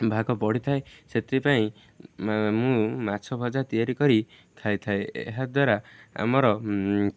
ଭାଗ ବଢ଼ିଥାଏ ସେଥିପାଇଁ ମୁଁ ମାଛ ଭଜା ତିଆରି କରି ଖାଇଥାଏ ଏହାଦ୍ୱାରା ଆମର